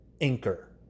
Anchor